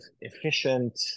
efficient